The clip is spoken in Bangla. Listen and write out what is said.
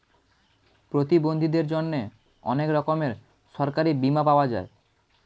প্রতিবন্ধীদের জন্যে অনেক রকমের সরকারি বীমা পাওয়া যায়